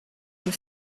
and